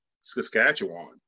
Saskatchewan